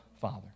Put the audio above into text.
Father